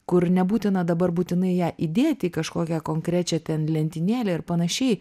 kur nebūtina dabar būtinai ją įdėti į kažkokią konkrečią ten lentynėlę ir panašiai